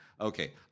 Okay